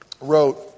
wrote